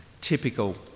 typical